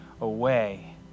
away